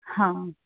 હા